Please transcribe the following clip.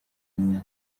n’umwe